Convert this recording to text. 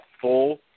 full